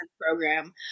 program